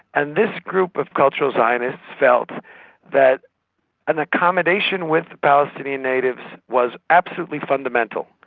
and this group of cultural zionists felt that an accommodation with the palestinian natives was absolutely fundamental.